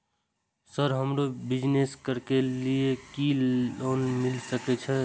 Sir हमरो business करके ली ये लोन मिल सके छे?